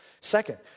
Second